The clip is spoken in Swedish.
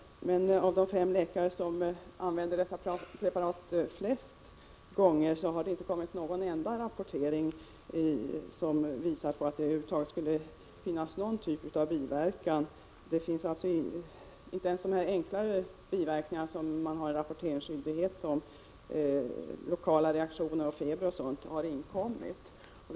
Men från de fem läkare som använder dessa preparat i störst utsträckning har det inte kommit någon enda rapport, som visar på att det över huvud taget skulle finnas någon typ av biverkning. Enligt dessa läkare förekommer alltså inte ens de enklare biverkningar — lokala reaktioner, feber, etc. — som det föreligger rapporteringsskyldighet om.